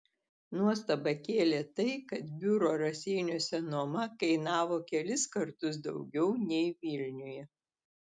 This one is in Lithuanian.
nuostabą kėlė tai kad biuro raseiniuose nuoma kainavo kelis kartus daugiau nei vilniuje